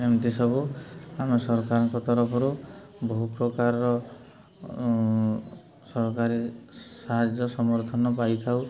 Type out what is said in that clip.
ଏମିତି ସବୁ ଆମେ ସରକାରଙ୍କ ତରଫରୁ ବହୁ ପ୍ରକାରର ସରକାରୀ ସାହାଯ୍ୟ ସମର୍ଥନ ପାଇଥାଉ